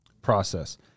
process